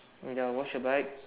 wait ah wash your bike